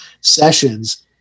sessions